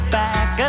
back